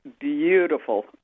beautiful